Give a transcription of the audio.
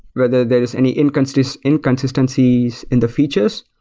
whether there's any inconsistencies inconsistencies in the features.